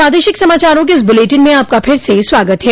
प्रादेशिक समाचारों के इस बुलेटिन में आपका फिर से स्वागत है